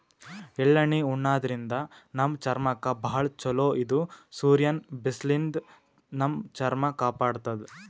ಎಳ್ಳಣ್ಣಿ ಉಣಾದ್ರಿನ್ದ ನಮ್ ಚರ್ಮಕ್ಕ್ ಭಾಳ್ ಛಲೋ ಇದು ಸೂರ್ಯನ್ ಬಿಸ್ಲಿನ್ದ್ ನಮ್ ಚರ್ಮ ಕಾಪಾಡತದ್